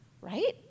right